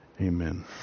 amen